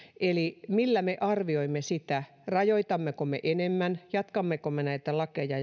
eli millä me arvioimme sitä rajoitammeko me enemmän jatkammeko me näitä lakeja